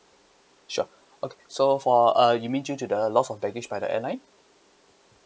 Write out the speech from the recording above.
sure okay so for uh you to the loss of baggage by the airplane